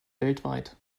weltweit